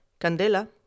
Candela